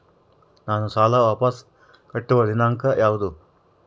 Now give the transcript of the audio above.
ನಾನು ಸಾಲ ವಾಪಸ್ ಕಟ್ಟುವ ದಿನಾಂಕ ಯಾವುದು?